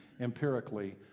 empirically